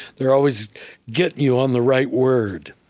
they're always getting you on the right word,